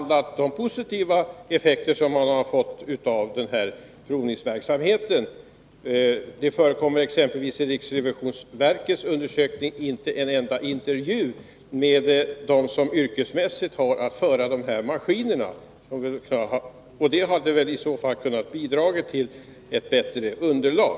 De positiva effekterna av provningsverksamheten har inte behandlats. Det förekommer exempelvis i riksrevisionsverkets undersökning inte en enda intervju med dem som yrkesmässigt har att hantera de här maskinerna, vilket väl hade kunnat bidra till ett bättre underlag.